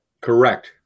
Correct